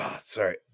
sorry